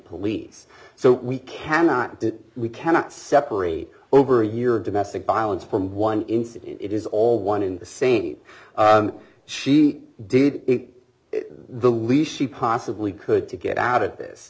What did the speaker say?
police so we cannot get we cannot separate over a year of domestic violence from one incident it is all one in the same she did it the least she possibly could to get out of this